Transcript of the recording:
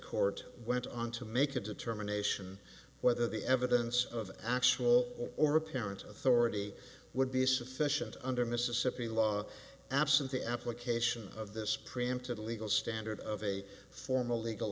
court went on to make a determination whether the evidence of actual or apparent authority would be sufficient under mississippi law absent the application of this preempted a legal standard of a formal legal